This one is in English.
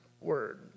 word